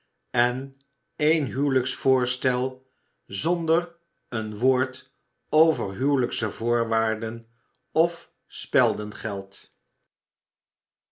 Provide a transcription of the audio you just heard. en een huwelijksvoorstel zonder een woord over huwelijk svoorwaarden of speldegeld er